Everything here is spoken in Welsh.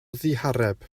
ddihareb